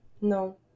No